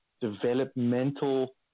developmental